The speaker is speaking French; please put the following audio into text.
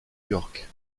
york